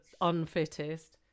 unfittest